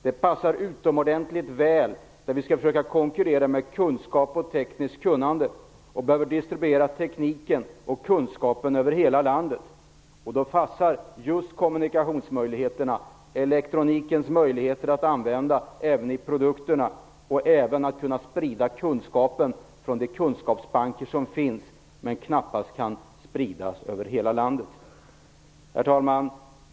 Den passar utomordentligt väl när vi skall försöka konkurrera med kunskap och tekniskt kunnande och behöver distribuera tekniken och kunskapen över hela landet. Då passar just kommunikationsmöjligheterna, elektronikens möjligheter att användas i produkterna och även för att kunna sprida kunskapen från de kunskapsbanker som finns. Dessa kan ju knappast spridas över hela landet. Herr talman!